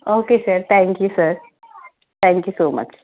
okay sir thank you sir thank you so much